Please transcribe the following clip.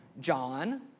John